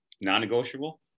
non-negotiable